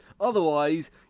Otherwise